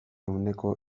ehuneko